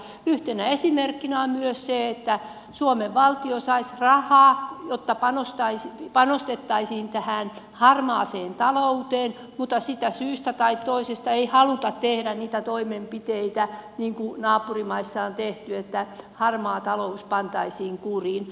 yhtenä esimerkkinä on myös se että suomen valtio saisi rahaa jotta panostettaisiin harmaaseen talouteen mutta syystä tai toisesta ei haluta tehdä niitä toimenpiteitä niin kuin naapurimaissa on tehty että harmaa talous pantaisiin kuriin